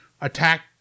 attack